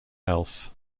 else